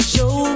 Show